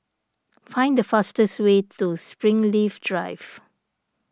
find the fastest way to Springleaf Drive